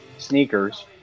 Sneakers